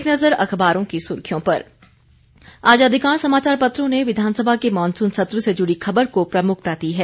एक नज़र अखबारों की सुर्खियों पर अधिकांश समाचार पत्रों ने आज विधानसभा के मॉनसून सत्र से जुड़ी खबर को प्रमुखता दी है